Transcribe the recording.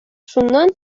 шуннан